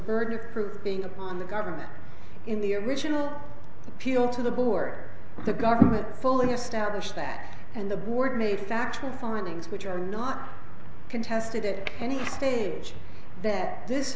burden of proof being upon the government in the original appeal to the board the government fully established that and the board made factual findings which are not contested at any stage that this